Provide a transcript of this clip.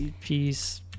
peace